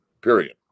Period